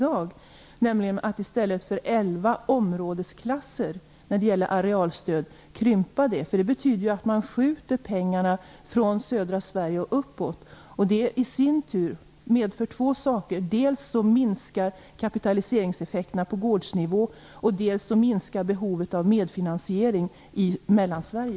Det förslaget innebär att man i stället för att ha elva områdesklasser för arealstöd minskar antalet. Det innebär nämligen att man skjuter pengarna från södra Sverige och uppåt i landet, och det i sin tur medför dels en minskning av kapitaliseringseffekterna på gårdsnivå, dels en minskning av behovet av medfinansiering i Mellansverige.